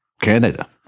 Canada